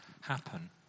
happen